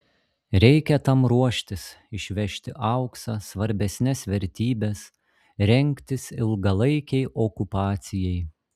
reikia tam ruoštis išvežti auksą svarbesnes vertybes rengtis ilgalaikei okupacijai